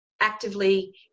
actively